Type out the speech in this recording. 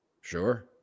Sure